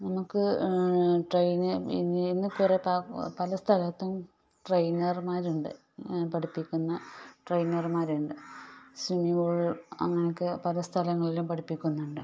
നമുക്ക് ഇനി കുറേ പല സ്ഥലത്തും ട്രെയ്നർമാരുണ്ട് പഠിപ്പിക്കുന്ന ട്രെയ്നർമാരുണ്ട് സ്വിമ്മിങ് പൂള് അങ്ങനെ ഒക്കെ പല സ്ഥലങ്ങളിലും പഠിപ്പിക്കുന്നുണ്ട്